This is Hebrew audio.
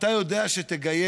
ואתה יודע שתגייס,